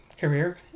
career